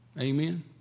Amen